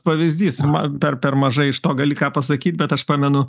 pavyzdys man dar per mažai iš to gali ką pasakyt bet aš pamenu